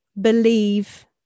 believe